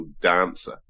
dancer